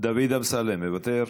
דוד אמסלם, מוותר?